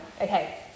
Okay